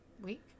week